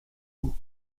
vous